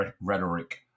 rhetoric